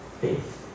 faith